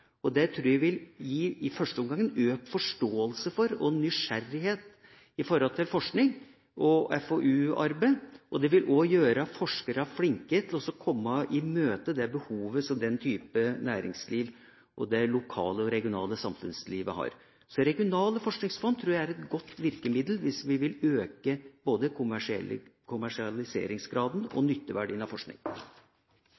Det tror jeg i første omgang vil gi en økt forståelse for og en nysgjerrighet på forskning og FoU-arbeid, og det vil også gjøre at forskere er flinke til å komme i møte det behovet som den typen næringsliv og det lokale og regionale samfunnslivet har. Regionale forskningsfond tror jeg er et godt virkemiddel hvis vi vil øke både kommersialiseringsgraden og